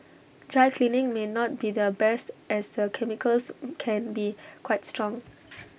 dry cleaning may not be the best as the chemicals can be quite strong